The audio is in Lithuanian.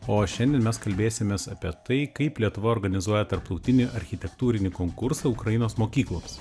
o šiandien mes kalbėsimės apie tai kaip lietuva organizuoja tarptautinį architektūrinį konkursą ukrainos mokykloms